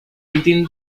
within